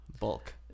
Bulk